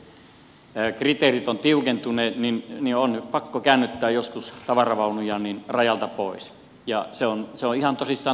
nyt kun turvallisuuskriteerit ovat tiukentuneet niin on pakko käännyttää joskus tavaravaunuja rajalta pois ja se on ihan tosissaan turvallisuuskysymys